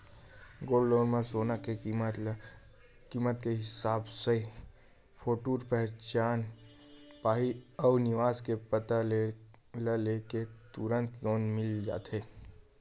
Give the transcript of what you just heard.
gold loan म सोना के कीमत के हिसाब ले सिरिफ फोटूए पहचान पाती अउ निवास के पता ल ले के तुरते लोन मिल जाथे